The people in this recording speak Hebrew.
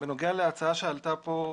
בנוגע להצעה שעלתה פה,